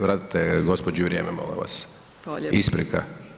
Vratite gospođi vrijeme, molim vas [[Upadica: Hvala lijepo.]] Isprika.